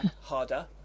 harder